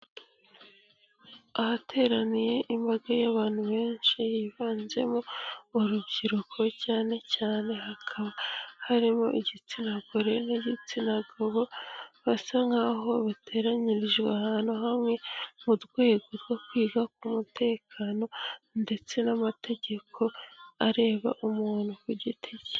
Ahateraniye imbaga y'abantu benshi yivanzemo urubyiruko cyane cyane hakaba harimo igitsina gore n'igitsina gabo, basa nkaho bateranyirijwe ahantu hamwe ,mu rwego rwo kwiga kwiga ku mutekano ndetse n'amategeko areba umuntu ku giti ke.